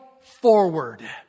forward